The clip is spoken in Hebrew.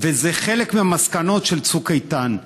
ושהוא חלק מהמסקנות מצוק איתן.